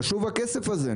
חשוב הכסף הזה.